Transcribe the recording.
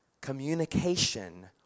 Communication